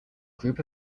group